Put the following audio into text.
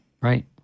Right